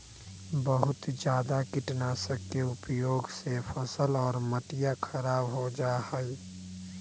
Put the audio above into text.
बहुत जादा कीटनाशक के उपयोग से फसल और मटिया खराब हो जाहई